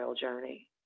journey